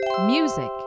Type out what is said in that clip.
music